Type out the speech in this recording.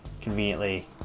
conveniently